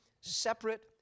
separate